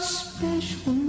special